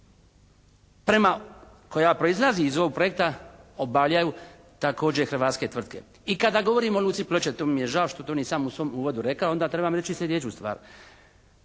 prema, koja proizlazi iz ovog projekta obavljaju također hrvatske tvrtke. I kada govorimo o luci Ploče, tu mi je žao što to nisam u svom uvodu rekao, onda trebam reći sljedeću stvar.